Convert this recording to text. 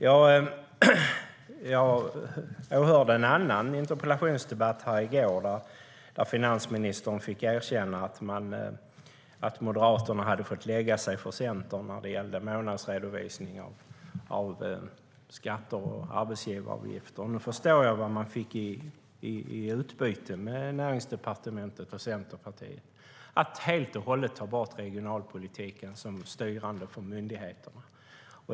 Jag åhörde en annan interpellationsdebatt i går, där finansministern fick erkänna att Moderaterna fått lägga sig för Centern när det gällde månadsredovisning av skatter och arbetsgivaravgifter. Nu förstår jag vad man fick i utbyte från Näringsdepartementet och Centerpartiet, nämligen att helt och hållet ta bort regionalpolitiken som styrande för myndigheter.